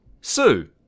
Sue